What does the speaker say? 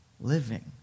living